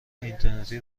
اینترنتی